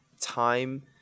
time